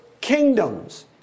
kingdoms